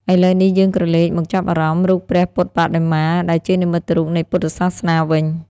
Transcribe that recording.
ឥឡូវនេះ យើងក្រឡេកមកចាប់អារម្មណ៍ រូបព្រះពុទ្ធបដិមា ដែលជានិមិត្តរូបនៃពុទ្ធសាសនាវិញ។